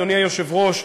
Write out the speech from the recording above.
אדוני היושב-ראש,